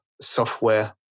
software